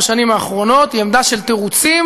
בשנים האחרונות היא עמדה של תירוצים,